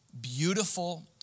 beautiful